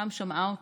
פעם שמעה אותי,